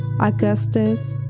Augustus